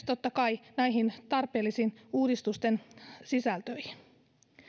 totta kai myös näiden tarpeellisten uudistusten sisältöihin